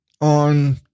on